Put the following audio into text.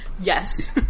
Yes